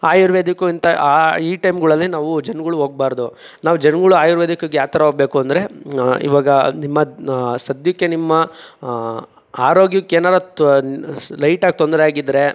ayurvedic ಇಂಥ ಈ ಟೈಮ್ಗಳಲ್ಲಿ ನಾವು ಜನ್ಗಳು ಹೋಗ್ಬಾರ್ದು ನಾವು ಜನ್ಗಳು ಆಯುರ್ವೇದಿಕ್ಕಿಗೆ ಯಾವ್ತರ ಹೋಗ್ಬೇಕು ಅಂದರೆ ಇವಾಗ ನಿಮ್ಮ ಸಧ್ಯಕ್ಕೆ ನಿಮ್ಮ ಆರೋಗ್ಯಕ್ಕೇನಾರ ತ್ ಲೈಟಾಗಿ ತೊಂದರೆ ಆಗಿದ್ರೆ